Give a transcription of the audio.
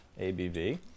ABV